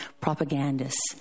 propagandists